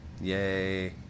Yay